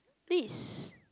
this